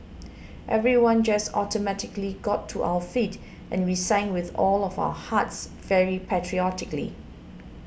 everyone just automatically got to our feet and we sang with all of our hearts very patriotically